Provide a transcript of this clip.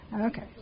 Okay